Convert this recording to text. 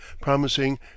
promising